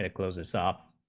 and close this ah